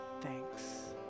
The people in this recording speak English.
thanks